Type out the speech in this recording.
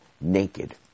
naked